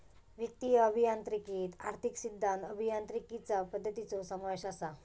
वित्तीय अभियांत्रिकीत आर्थिक सिद्धांत, अभियांत्रिकीचा पद्धतींचो समावेश असा